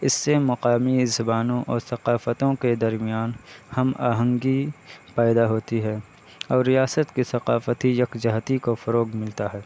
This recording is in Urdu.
اس سے مقامی زبانوں اور ثقافتوں کے درمیان ہم آہنگی پیدا ہوتی ہے اور ریاست کی ثقافتی یکجہتی کو فروغ ملتا ہے